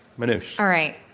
manoush. all right.